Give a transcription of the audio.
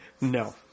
No